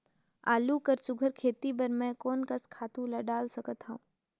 आलू कर सुघ्घर खेती बर मैं कोन कस खातु ला डाल सकत हाव?